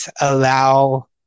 allow